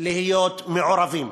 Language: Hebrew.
להיות מעורבים.